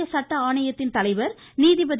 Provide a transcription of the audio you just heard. இந்திய சட்டஆணையத்தின் தலைவர் நீதிபதி